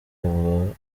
avuga